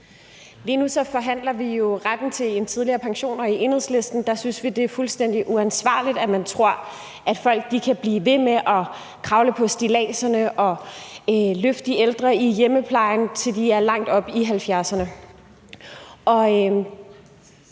Lige nu forhandler vi jo retten til en tidligere pension, og i Enhedslisten synes vi, det er fuldstændig uansvarligt, at man tror, at folk kan blive ved med at kravle på stilladserne og løfte de ældre i hjemmeplejen, til de er langt oppe i 70'erne,